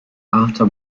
after